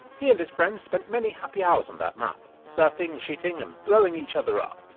he and his friends spent many happy hours on that map, surfing, shooting and blowing each other up.